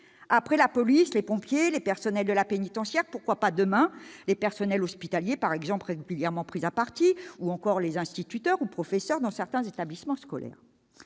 après la police, les pompiers et les personnels de l'administration pénitentiaire, pourquoi pas, demain, les personnels hospitaliers, qui sont régulièrement pris à partie, ou encore les instituteurs ou les professeurs dans certains établissements scolaires